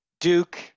Duke